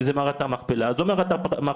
אם זה מערת המכפלה, אז זו מערת המכפלה.